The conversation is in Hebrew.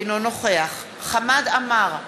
אינו נוכח חמד עמאר,